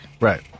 Right